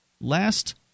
last